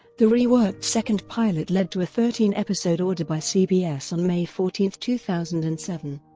the reworked second pilot led to a thirteen episode order by cbs on may fourteen, two thousand and seven.